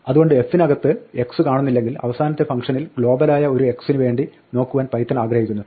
അതുകൊണ്ട് f നകത്ത് x കാണുന്നില്ലെങ്കിൽ അവസാനത്തെ ഫംഗ്ഷനിൽ ഗ്ലോബലായ ഒരു x ന് വേണ്ടി നോക്കുവാൻ പൈത്തൺ ആഗ്രഹിക്കുന്നു